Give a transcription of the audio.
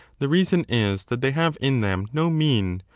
the reason is that they have in them no mean,